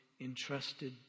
entrusted